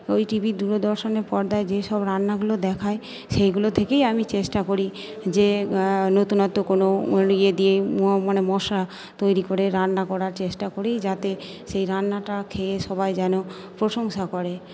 ওই টিভির দূরদর্শনের পর্দায় যেসব রান্নাগুলো দেখায় সেইগুলো থেকেই আমি চেষ্টা করি যে নতুনত্ব কোনো ইয়ে দিয়ে মানে মশলা তৈরি করে রান্না করার চেষ্টা করি যাতে সেই রান্নাটা খেয়ে সবাই যেন প্রশংসা করে